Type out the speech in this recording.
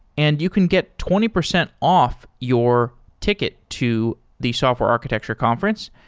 and you can get twenty percent off your ticket to the software architecture conference.